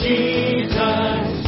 Jesus